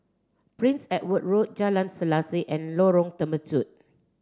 Prince Edward Road Jalan Selaseh and Lorong Temechut